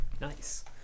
Nice